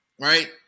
Right